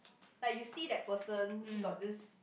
like you see that person got this